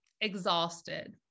Exhausted